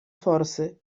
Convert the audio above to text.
forsy